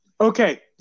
okay